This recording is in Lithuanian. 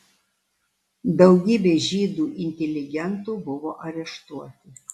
daugybė žydų inteligentų buvo areštuoti